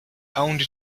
owned